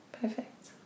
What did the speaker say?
perfect